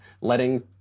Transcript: letting